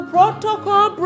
Protocol